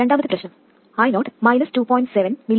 രണ്ടാമത്തെ പ്രശ്നം I0 minus 2